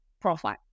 profile